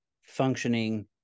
functioning